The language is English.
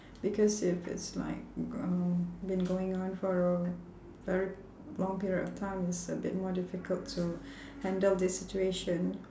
because if it's like um been going on for a very long period of time it's a bit more difficult to handle this situation